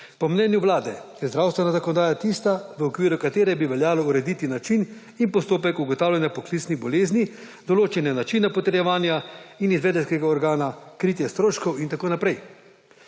Po mnenju Vlade je zdravstvena zakonodaja tista, v okviru katere bi veljalo urediti način in postopek ugotavljanja poklicnih bolezni, določanje načina potrjevanja in izvedenskega organa, kritja stroškov in tako naprej.